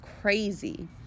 crazy